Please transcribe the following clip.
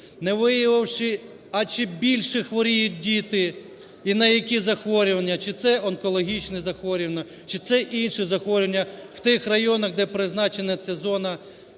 не виявивши, а чи більше хворіють діти і на які захворювання, чи це онкологічні захворювання, чи це інші захворювання, в тих районах, де призначена ця зона,